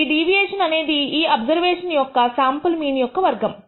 ఈ డీవియేషన్ అనేది ఈ అబ్జర్వేషన్ యొక్క శాంపుల్ మీన్ యొక్క వర్గము